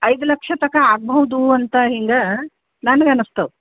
ಐದು ಲಕ್ಷ ತನಕ ಆಗ್ಬಹುದು ಅಂತ ಹಿಂಗೆ ನನಗೆ ಅನಸ್ತವೆ